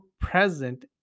present